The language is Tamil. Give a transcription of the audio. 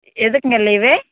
எதுக்குங்க லீவு